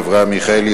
אברהם מיכאלי,